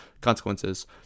consequences